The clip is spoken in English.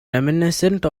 reminiscent